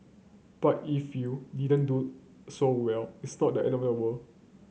but if you didn't do so well it's not the end of the world